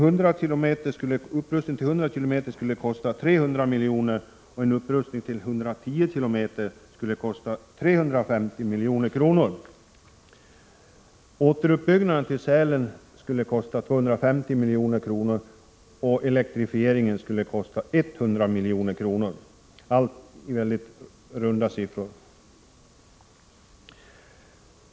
Upprustning till 100 km tim skulle kosta 350 milj.kr. Återuppbyggnaden till Sälen skulle kosta 250 miljoner, och elektrifieringen skulle kosta 100 milj.kr., allt i mycket runda siffror.